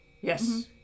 yes